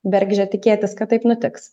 bergždžia tikėtis kad taip nutiks